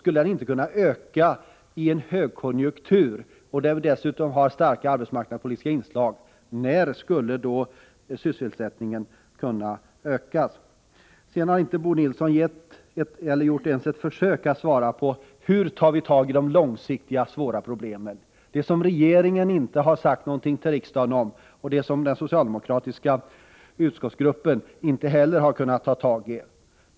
Skulle den inte öka under en högkonjunktur då det dessutom genomförs kraftiga arbetsmarknadspolitiska åtgärder, när skulle den då öka? Bo Nilsson har inte gjort ens ett försök att svara på hur vi skall ta tag i de svåra, långsiktiga problemen. Det har regeringen inte sagt någonting till riksdagen om, och den socialdemokratiska utskottsgruppen har inte heller kunnat ta tag i det.